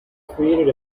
created